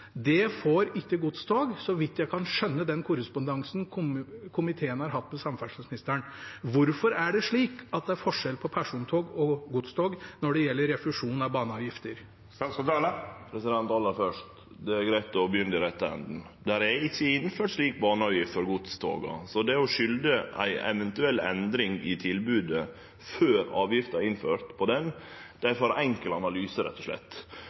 NOR, får de disse avgiftene refundert fra staten. Det gjelder ikke godstog, så vidt jeg kan skjønne av den korrespondansen komiteen har hatt med samferdselsministeren. Hvorfor er det slik at det er forskjell på persontog og godstog når det gjelder refusjon av baneavgifter? Aller først: Det er greitt å begynne i den rette enden. Det er ikkje innført slik baneavgift for godstoga, så det å skulde ei eventuell endring i tilbodet før avgifta er innført, på det, er ein for enkel analyse, rett og slett.